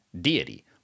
deity